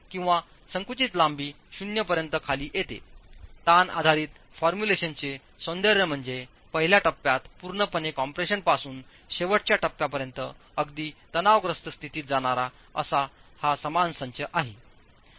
किंवा संकुचित लांबी शून्य पर्यंत खाली येतेताण आधारित फॉर्म्युलेशनचे सौंदर्य म्हणजे पहिल्या टप्प्यात पूर्ण कम्प्रेशनपासून शेवटच्या टप्प्यापर्यंत अगदी तणावग्रस्त स्थितीत जाणारा असा समान संच आहे